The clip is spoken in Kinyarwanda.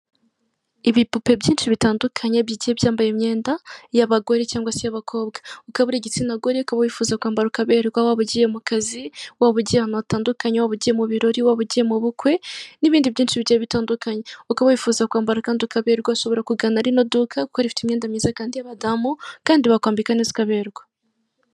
Ibipupe byinshi bitandukanye bigiye byambaye imyenda y'abagore cyangwa se y'abakobwa .Ukaba uri igitsina gore ariko wifuza kwambara ukaberwa waba ugiye mu kazi, waba ugiye ahantu hatandukanye wa ubugiye mu birori, waba ugiye mubukwe n'ibindi byinshi bitandukanye. Ukaba wifuza kwambara kandi ukaberwa, ushobora kugana rino duka kuko rifite imyenda myiza kandi y'abagore ( abadamu)kandi bakwambika neza ukaberwa.